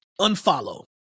unfollow